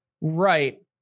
Right